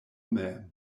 mem